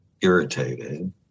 irritated